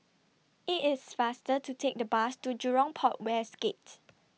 IT IS faster to Take The Bus to Jurong Port West Gate